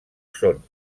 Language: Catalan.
són